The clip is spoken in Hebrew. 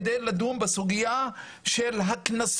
זאת על מנת לדון בסוגיה של הקנסות.